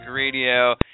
Radio